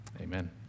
Amen